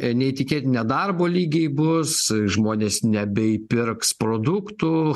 neįtikėti nedarbo lygiai bus žmonės nebeįpirks produktų